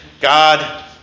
God